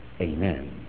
Amen